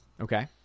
Okay